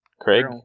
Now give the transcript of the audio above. Craig